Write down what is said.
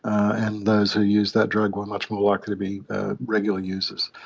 and those who use that drug were much more likely to be regular users.